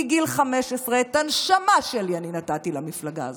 מגיל 15. את הנשמה שלי אני נתתי למפלגה הזאת.